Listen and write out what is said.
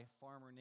farmer